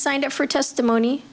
signed up for testimony